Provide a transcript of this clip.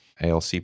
ALC